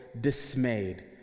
dismayed